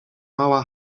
mała